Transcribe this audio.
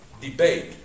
debate